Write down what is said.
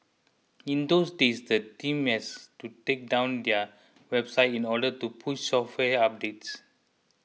in those days the team has to take down their website in order to push software updates